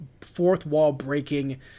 fourth-wall-breaking